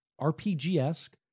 rpg-esque